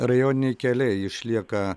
rajoniniai keliai išlieka